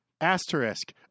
asterisk